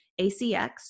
ACX